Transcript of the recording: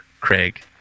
Craig